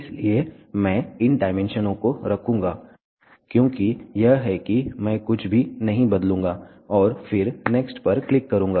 इसलिए मैं इन डायमेंशनों को रखूंगा क्योंकि यह है कि मैं कुछ भी नहीं बदलूंगा और फिर नेक्स्ट पर क्लिक करूंगा